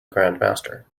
grandmaster